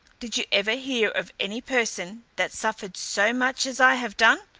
did you ever hear of any person that suffered so much as i have done,